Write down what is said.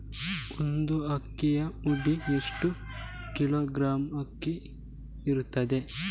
ಒಂದು ಅಕ್ಕಿಯ ಮುಡಿಯಲ್ಲಿ ಎಷ್ಟು ಕಿಲೋಗ್ರಾಂ ಅಕ್ಕಿ ಇರ್ತದೆ?